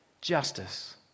justice